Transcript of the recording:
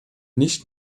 nicht